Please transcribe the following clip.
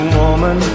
woman